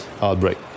outbreak